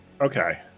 okay